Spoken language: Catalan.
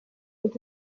tots